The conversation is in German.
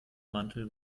mantel